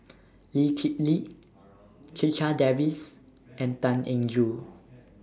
Lee Kip Lee Checha Davies and Tan Eng Joo